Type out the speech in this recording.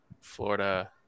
Florida